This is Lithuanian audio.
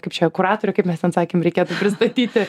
kaip čia kuratorę kaip mes ten sakėm reikėtų pristatyti